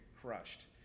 crushed